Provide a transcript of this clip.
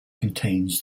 contains